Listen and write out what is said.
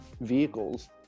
vehicles